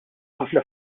ħafna